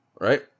right